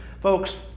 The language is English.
Folks